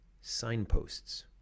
signposts